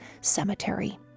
cemetery